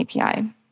API